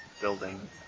building